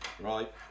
Right